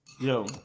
Yo